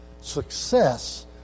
Success